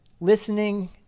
listening